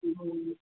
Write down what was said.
जी